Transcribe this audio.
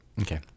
okay